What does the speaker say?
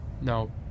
No